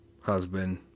husband